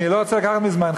אני לא רוצה לקחת מזמנכם,